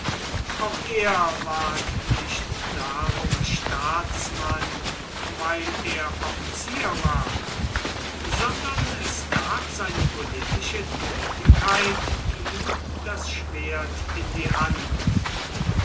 auch er ward nicht darum staatsmann weil er offizier war sondern es gab seine politische tätigkeit ihm das schwert in die hand